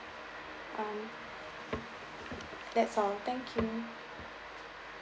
um that's all thank you